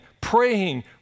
praying